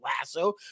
Lasso